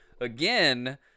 again